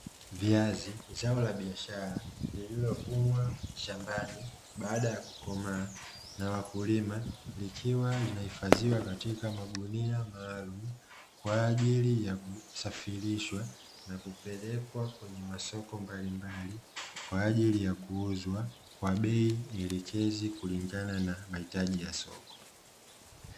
Viazi zao la biashara liliovunwa shambani baada ya kukomaa na wakulima ikiwa wanalihifadhi katika magunia maalum kwa ajili ya kusafirishwa na kupelekwa kwenye masoko mbalimbali kwa ajili ya kuuzwa kwa bei elekezi kulingana na mahitaji ya soko.